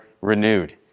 renewed